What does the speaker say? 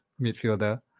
midfielder